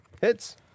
hits